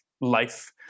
life